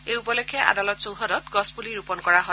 এই উপলক্ষে আদালত চৌহদত গছপুলি ৰূপায়ণ কৰা হয়